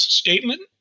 statement